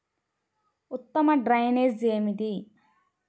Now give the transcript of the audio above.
ఉత్తమ డ్రైనేజ్ ఏమిటి?